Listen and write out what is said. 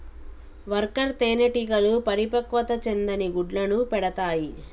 worker తేనెటీగలు పరిపక్వత చెందని గుడ్లను పెడతాయి